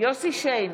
יוסף שיין,